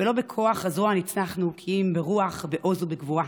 ולא בכוח הזרוע ניצחנו כי אם ברוח, בעוז ובגבורה,